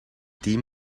team